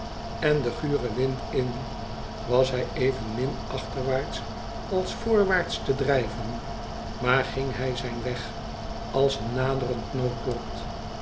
en den guren wind in was hij evenmin achterwaarts als voorwaarts te drijven maar ging hij zijn weg als een naderend noodlot